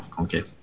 Okay